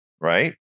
right